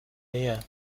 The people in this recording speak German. nähe